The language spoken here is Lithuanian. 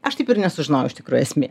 aš taip ir nesužinojau iš tikrųjų esmė